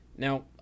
Now